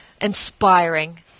inspiring